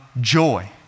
joy